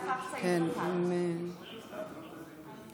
לאחר סעיף 1. טוב,